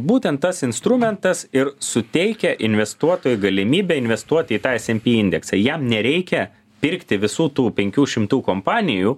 būtent tas instrumentas ir suteikia investuotojui galimybę investuoti į tą smp indeksą jam nereikia pirkti visų tų penkių šimtų kompanijų